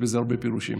יש בזה הרבה פירושים.